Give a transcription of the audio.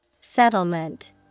Settlement